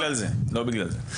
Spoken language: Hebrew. לא, לא בגלל זה.